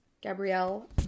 Gabrielle